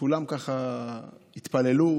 כולם התפללו,